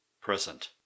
present